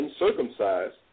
uncircumcised